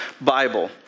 Bible